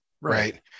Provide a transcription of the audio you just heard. right